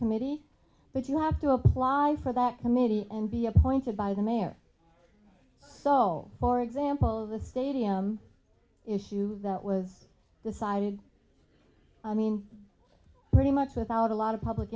committee but you have to apply for that committee and be appointed by the mayor so for example the stadium issue that was decided i mean pretty much without a lot of public